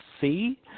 see